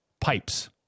pipes